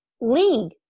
league